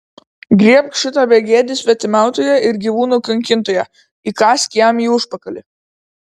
griebk šitą begėdį svetimautoją ir gyvūnų kankintoją įkąsk jam į užpakalį